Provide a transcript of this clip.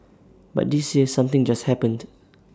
but this year something just happened